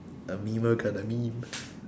a memer gonna meme